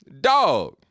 Dog